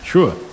Sure